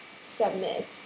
submit